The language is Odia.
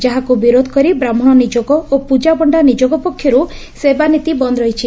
ଯାହାକୁ ବିରୋଧ କରି ବ୍ରାହ୍କଶ ନିଯୋଗ ଓ ପ୍ରକାପଶ୍ତା ନିଯୋଗ ପକ୍ଷରୁ ସେବାନୀତି ବନ୍ଦ ରହିଛି